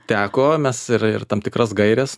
teko mes ir ir tam tikras gaires